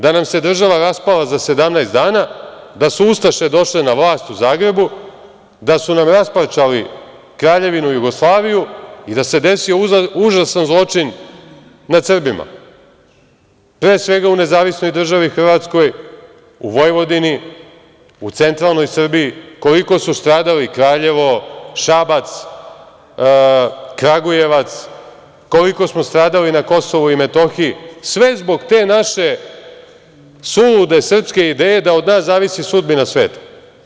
Da nam se država raspala za 17 dana, da su ustaše došle na vlast u Zagrebu, da su nam rasparčali Kraljevinu Jugoslaviju i da se desio užasan zločin nad Srbima, pre svega u NDH, u Vojvodini, u centralnoj Srbiji, koliko su stradali Kraljevo, Šabac, Kragujevac, koliko smo stradali na Kosovu i Metohiji, sve zbog te naše sulude srpske ideje da od nas zavisi sudbina sveta.